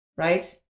right